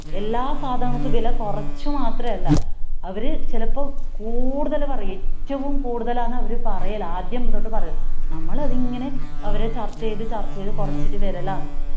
എല്ലാ സാധനങ്ങൾക്കും വില കുറച്ച് മാത്രമല്ല അവർ ചിലപ്പോൾ കൂടുതൽ പറയും ഏറ്റവും കൂടുതലാണ് അവർ പറയൽ ആദ്യം തൊട്ട് പറയൽ നമ്മളത് ഇങ്ങനെ അവരെ ചർച്ച ചെയ്ത് ചർച്ച ചെയ്ത് കുറച്ചിട്ട് വരലാണ്